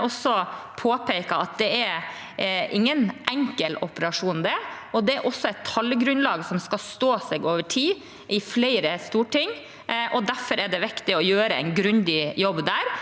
Jeg vil også påpeke at det er ingen enkel operasjon, og det er et tallgrunnlag som skal stå seg over tid i flere storting. Derfor er det viktig å gjøre en grundig jobb.